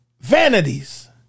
vanities